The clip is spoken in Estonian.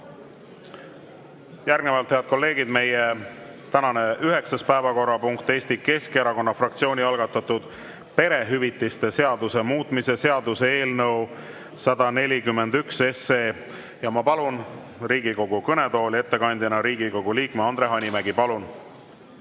Järgnevalt, head kolleegid, meie tänane üheksas päevakorrapunkt: Eesti Keskerakonna fraktsiooni algatatud perehüvitiste seaduse muutmise seaduse eelnõu 141. Ma palun ettekandjaks Riigikogu kõnetooli Riigikogu liikme Andre Hanimäe. Palun!